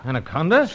Anaconda